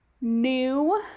new